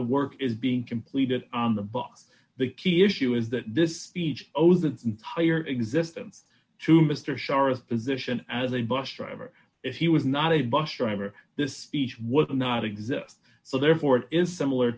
the work is being completed on the book the key issue is that this speech owes its entire existence to mr charest position as a bus driver if he was not a bus driver this speech was not exist so therefore it is similar